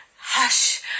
hush